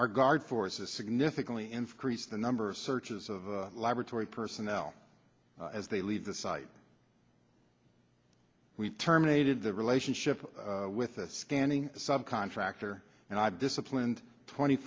our guard forces significantly increase the number of searches of laboratory personnel as they leave the site we terminated the relationship with a standing sub contractor and i've disciplined twenty